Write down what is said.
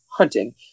hunting